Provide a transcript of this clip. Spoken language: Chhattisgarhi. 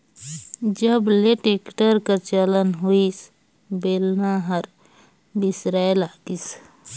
जब ले टेक्टर कर चलन होइस बेलना हर बिसराय लगिस